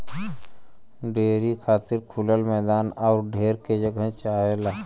dairy खातिर खुलल मैदान आउर ढेर के जगह चाहला